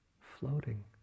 floating